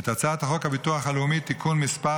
את הצעת חוק הביטוח הלאומי (תיקון מס'